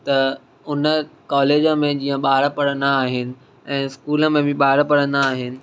त उन कॉलेज में जीअं ॿार पढ़ंदा आहिनि ऐं स्कूल में बि ॿार पढ़ंदा आहिनि